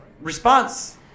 response